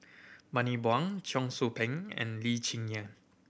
Bani Buang Cheong Soo Pieng and Lee Cheng Yan